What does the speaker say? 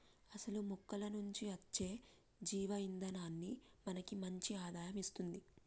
అసలు మొక్కల నుంచి అచ్చే జీవ ఇందనాన్ని మనకి మంచి ఆదాయం ఇస్తుంది